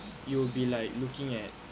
you will be like looking at